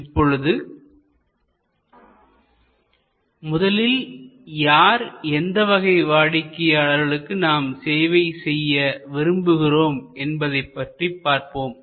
இப்பொழுது முதலில் யார் எந்த வகை வாடிக்கையாளர்களுக்கு நாம் சேவை செய்ய விரும்புகிறோம் என்பதைப் பற்றி பார்ப்போம்